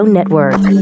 Network